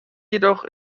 jedoch